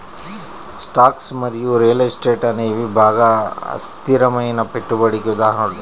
stocks మరియు real estate అనేవి బాగా అస్థిరమైన పెట్టుబడికి ఉదాహరణలు